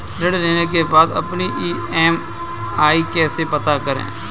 ऋण लेने के बाद अपनी ई.एम.आई कैसे पता करें?